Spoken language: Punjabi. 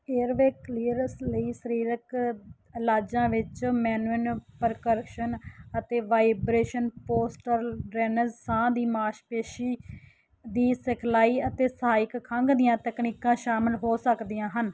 ਏਅਰਵੇਅ ਕਲੀਅਰੈਂਸ ਲਈ ਸਰੀਰਕ ਇਲਾਜਾਂ ਵਿੱਚ ਮੈਨੂਅਲ ਪਰਕਰਸ਼ਨ ਅਤੇ ਵਾਈਬ੍ਰੇਸ਼ਨ ਪੋਸਟਰਲ ਡਰੇਨੇਜ ਸਾਹ ਦੀ ਮਾਸਪੇਸ਼ੀ ਦੀ ਸਿਖਲਾਈ ਅਤੇ ਸਹਾਇਕ ਖੰਘ ਦੀਆਂ ਤਕਨੀਕਾਂ ਸ਼ਾਮਲ ਹੋ ਸਕਦੀਆਂ ਹਨ